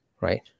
right